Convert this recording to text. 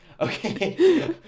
Okay